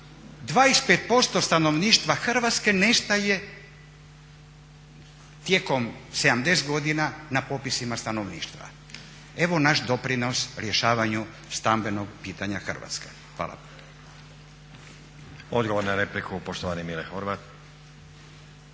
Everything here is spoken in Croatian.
25% stanovništva Hrvatske nestaje tijekom 70 godina na popisima stanovništva. Evo naš doprinos rješavanju stambenog pitanja Hrvatske. Hvala. **Stazić, Nenad (SDP)** Odgovor na repliku, poštovani Mile Horvat.